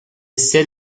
sell